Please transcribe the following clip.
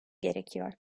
gerekiyor